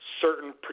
Certain